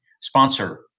sponsor